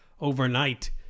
overnight